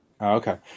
Okay